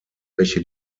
welche